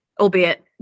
albeit